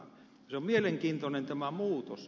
se on mielenkiintoinen tämä muutos